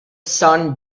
son